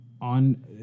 On